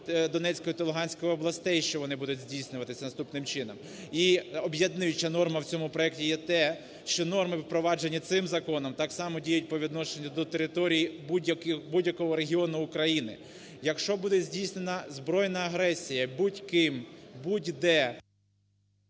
Донецької та Луганської областей, що вони будуть здійснюватися наступним чином. І об'єднуюча норма в цьому проекті є те, що норми, впроваджені цим законом, так само діють по відношенню до територій будь-якого регіону України. Якщо буде здійснена збройна агресія будь-ким будь-де…